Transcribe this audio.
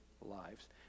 lives